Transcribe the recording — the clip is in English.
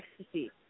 ecstasy